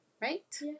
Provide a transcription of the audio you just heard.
Right